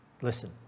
Listen